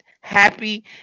happy